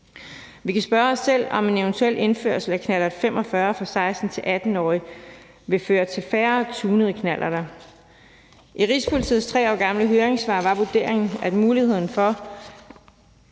Vi kan spørge os selv, om en eventuel indførsel af knallert 45 for 16-18-årige vil føre til færre tunede knallerter. I Rigspolitiets 3 år gamle høringssvar var vurderingen, at muligheden for